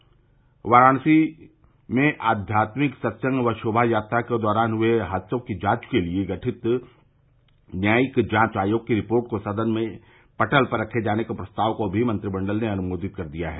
मंत्रिपरिषद ने वाराणसी में आध्यात्मिक सत्संग व शोमा यात्रा के दौरान हुए हादसे की जांच के लिए गठित न्यायिक जांच आयोग की रिपोर्ट को सदन के पटल पर रखे जाने के प्रस्ताव को भी अनुमोदित कर दिया है